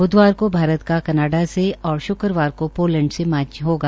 ब्ध्वार को भारत का कनाडा से और श्क्रवार को पोलैंड से मैच होगा